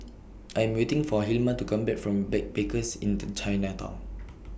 I Am waiting For Hilma to Come Back from Backpackers Inn The Chinatown